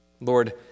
Lord